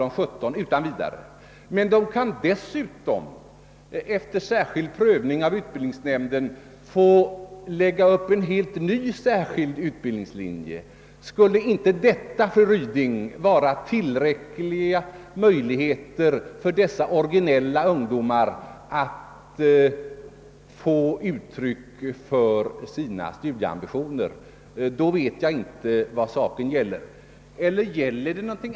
För det andra kan de efter särskild prövning av utbildningsnämnden få lägga upp en helt ny särskild utbildningslinje. Skulle inte dessa möjligheter vara tillräckliga, fru Ryding, för att de originella ungdomar det gäller skall få utlopp för sina studieambitioner, förstår jag inte vad meningen är. Eller är det något annat fru Ryding är ute efter?